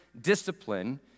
discipline